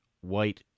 white